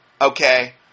Okay